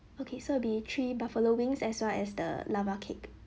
okay so will be three buffalo wings as well as the lava cake